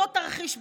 אותו תרחיש בדיוק,